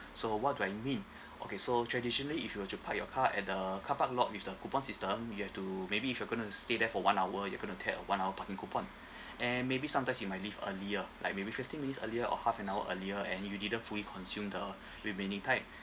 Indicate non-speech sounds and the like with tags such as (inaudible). (breath) so what do I mean (breath) okay so traditionally if you were to park your car at the car park lot with the coupon system you have to maybe if you're gonna stay there for one hour you gonna tear a one hour parking coupon (breath) and maybe sometimes you might leave earlier like maybe fifteen minutes earlier or half an hour earlier and you didn't fully consumed the (breath) remaining time (breath)